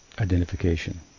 identification